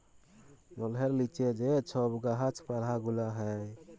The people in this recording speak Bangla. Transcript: জলের লিচে যে ছব গাহাচ পালা গুলা হ্যয়